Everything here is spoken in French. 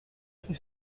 tout